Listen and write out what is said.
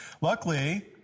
Luckily